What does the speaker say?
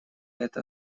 это